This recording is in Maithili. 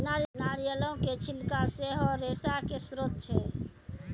नारियलो के छिलका सेहो रेशा के स्त्रोत छै